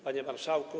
Panie Marszałku!